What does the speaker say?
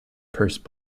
purse